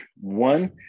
one